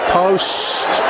post